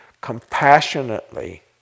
compassionately